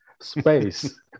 space